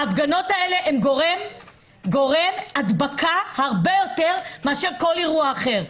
ההפגנות האלה הן גורם הדבקה הרבה יותר מאשר כל אירוע אחר.